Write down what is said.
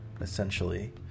essentially